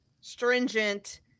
stringent